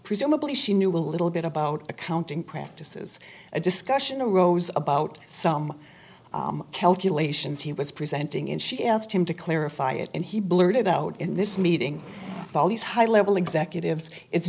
presumably she knew a little bit about accounting practices a discussion a rose about some calculations he was presenting in she asked him to clarify it and he blurted out in this meeting of all these high level executives it's